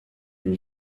une